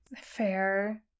Fair